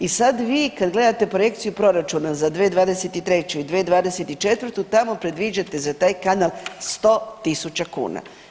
I sad vi kad gledate projekciju proračuna za 2023. i 2024. tamo predviđate za taj kanal 100.000 kuna.